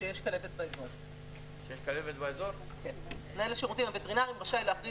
ב.חייב הרופא הווטרינר הממשלתי